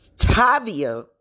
Tavia